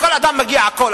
לכל אדם מגיע הכול,